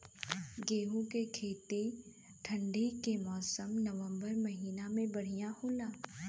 गेहूँ के खेती ठंण्डी के मौसम नवम्बर महीना में बढ़ियां होला?